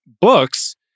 books